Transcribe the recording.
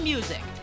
Music